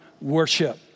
worship